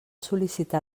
sol·licitar